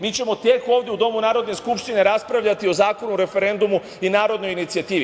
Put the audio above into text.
Mi ćemo tek ovde u domu Narodne skupštine raspravljati o Zakonu o referendumu i narodnoj inicijativi.